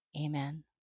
Amen